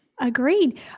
Agreed